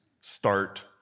start